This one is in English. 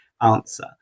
answer